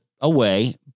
away